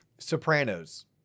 Sopranos